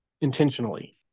intentionally